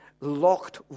locked